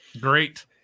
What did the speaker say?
Great